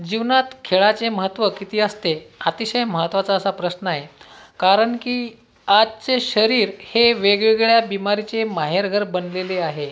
जीवनात खेळाचे महत्त्व किती असते अतिशय महत्त्वाचा असा प्रश्न आहे कारण की आजचे शरीर हे वेगवेगळ्या बिमारीचे माहेरघर बनलेले आहे